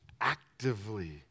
actively